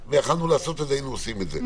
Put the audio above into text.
היה ויכולנו לעשות את זה, היינו עושים את זה.